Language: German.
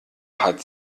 hat